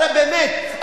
הרי באמת,